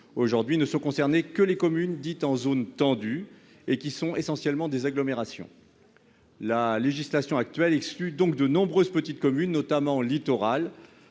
Aujourd'hui ne sont concernées que les communes situées en zone dite tendue, c'est-à-dire essentiellement des agglomérations. La législation actuelle exclut donc de nombreuses petites communes, notamment littorales,